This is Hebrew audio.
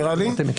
נראה לי.